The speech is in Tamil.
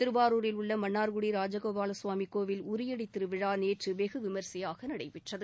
திருவாரூரில் உள்ள மன்னா்குடி ராஜகோபால சுவாமி கோவில் உரியடி திருவிழா நேற்று வெகுவிமரிசையாக நடைபெற்றது